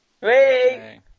Hey